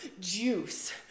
juice